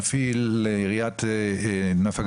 מפעיל עיריית נוף הגליל,